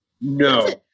No